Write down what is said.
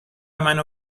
منو